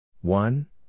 One